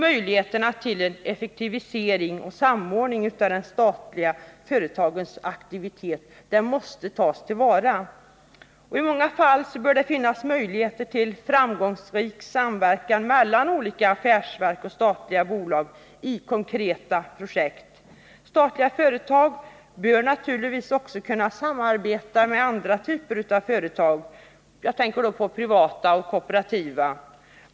Möjligheterna till effektivisering och samordning av de statliga företagens aktivitet måste tas till vara. I många fall bör det finnas möjligheter till framgångsrik samverkan mellan olika affärsverk och statliga bolag i konkreta projekt. Statliga företag bör naturligtvis också kunna samarbeta med andra typer av företag, privata och kooperativa.